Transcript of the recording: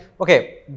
okay